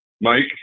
Mike